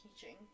teaching